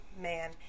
man